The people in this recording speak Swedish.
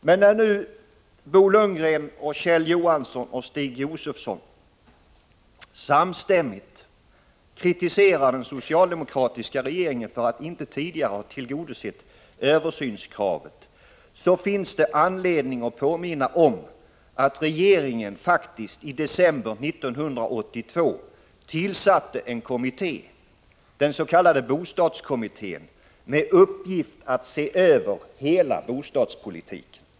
Men när nu Bo Lundgren, Kjell Johansson och Stig Josefson samstämmigt kritiserar den socialdemokratiska regeringen för att inte tidigare ha tillgodosett översynskravet, finns det anledning att påminna om att regeringen faktiskt i december 1982 tillsatte en kommitté, den s.k. bostadskommittén, med uppgift att se över hela bostadspolitiken.